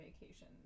vacation